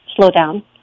slowdown